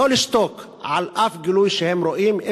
לא לשתוק על שום גילוי שהם רואים,